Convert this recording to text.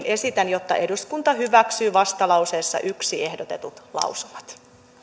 esitän että eduskunta hyväksyy vastalauseessa yksi ehdotetut lausumat